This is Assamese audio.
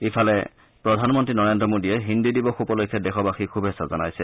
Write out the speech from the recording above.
ইফালে প্ৰধানমন্ত্ৰী নৰেন্দ্ৰ মোদীয়ে হিন্দী দিৱস উপলক্ষে দেশবাসীক শুভেচ্ছা জনাইছে